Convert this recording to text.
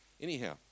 Anyhow